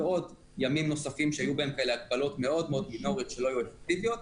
ועוד ימים נוספים שהיו בהם הגבלות מאוד מינוריות שלא היו אפקטיביות.